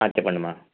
చెప్పండి అమ్మ